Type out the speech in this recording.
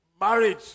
marriage